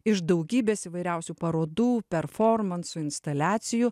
iš daugybės įvairiausių parodų performansų instaliacijų